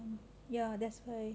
ya that's why